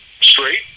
straight